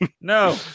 No